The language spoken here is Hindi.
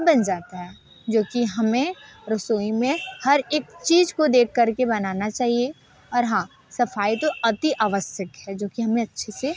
बन जाता है जो कि हमें रसोई में हर एक चीज़ को देख कर के बनाना चाहिए और हाँ सफ़ाई तो अतिआवश्यक है जो कि हमें अच्छे से